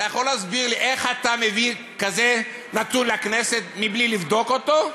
אתה יכול להסביר לי איך אתה מביא כזה נתון לכנסת בלי לבדוק אותו?